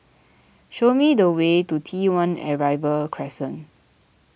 show me the way to T one Arrival Crescent